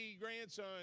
grandson